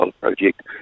project